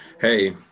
hey